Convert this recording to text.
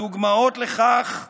הדוגמאות לכך רבות,